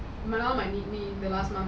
my mum might need me in the last month